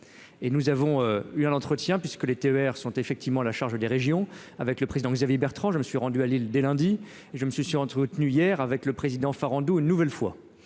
et nous avons eu un entretien puisque les TER sont effectivement la charge des régions avec le président, Xavier Bertrand, je me suis rendu à Lille dès lundi, et je me suis sûr entretenu hier avec le président Farandou, une nouvelle fois